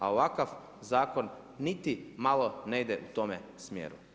A ovakav zakon niti malo ne ide u tome smjeru.